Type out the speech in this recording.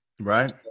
right